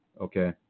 okay